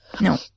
No